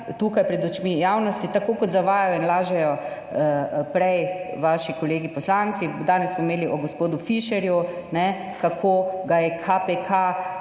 tukaj pred očmi javnosti, tako kot zavajajo in lažejo prej vaši kolegi poslanci. Danes smo imeli o gospodu Fišerju, kako ga je KPK,